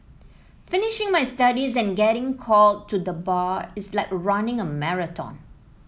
finishing my studies and getting called to the Bar is like running a marathon